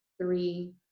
three